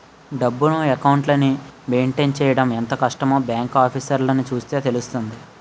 డబ్బును, అకౌంట్లని మెయింటైన్ చెయ్యడం ఎంత కష్టమో బాంకు ఆఫీసర్లని చూస్తే తెలుస్తుంది